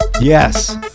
Yes